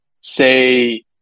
say